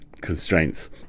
constraints